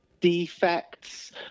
defects